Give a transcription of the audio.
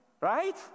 Right